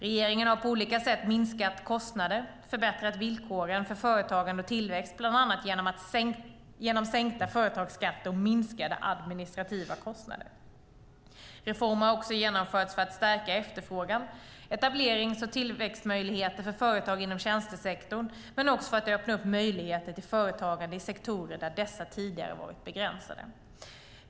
Regeringen har på olika sätt minskat kostnader och förbättrat villkoren för företagande och tillväxt bland annat genom sänkta företagsskatter och minskade administrativa kostnader. Reformer har också genomförts för att stärka efterfrågan och etablerings och tillväxtmöjligheter för företag inom tjänstesektorn men också för att öppna upp möjligheter till företagande i sektorer där dessa tidigare varit begränsade.